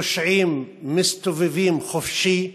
הפושעים מסתובבים חופשי,